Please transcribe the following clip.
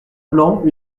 blanc